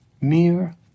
mere